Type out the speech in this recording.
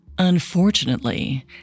Unfortunately